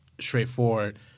straightforward